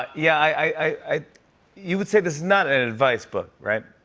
yeah, i you would say this is not an advice book, right?